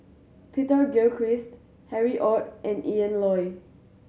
Peter Gilchrist Harry Ord and Ian Loy